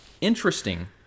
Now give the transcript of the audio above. interesting